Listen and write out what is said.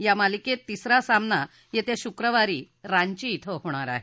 या मालिकेत तिसरा सामना येत्या शुक्रवारी रांची इथं होणार आहे